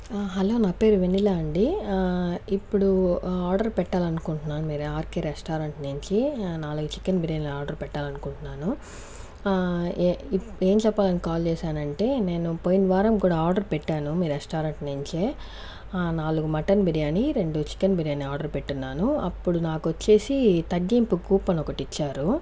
ఆ హలో నా పేరు వెన్నెల అండి ఇప్పుడు ఆర్డర్ పెట్టాలనుకుంటున్నాను మీ ఆర్కె రెస్టారెంట్ నించి నాలుగు చికెన్ బిర్యానీలు ఆర్డర్ పెట్టాలనుకుంటున్నాను ఏ ఇప్ ఏం చెప్పాలని కాల్ చేశానంటే నేను పోయిన వారం కూడా ఆర్డర్ పెట్టాను మీ రెస్టారెంట్ నుంచే నాలుగు మటన్ బిర్యానీ రెండు చికెన్ బిర్యానీ ఆర్డర్ పెట్టున్నాను అప్పుడు నాకొచ్చేసి తగ్గింపు కూపన్ ఒకటిచ్చారు